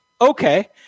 okay